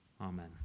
Amen